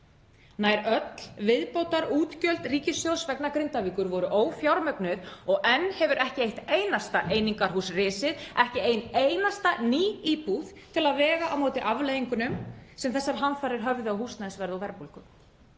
Nær öll viðbótarútgjöld ríkissjóðs vegna Grindavíkur voru ófjármögnuð og enn hefur ekki eitt einasta einingahús risið, ekki ein einasta ný íbúð, til að vega móti afleiðingunum sem þessar hamfarir höfðu á húsnæðisverð og verðbólgu.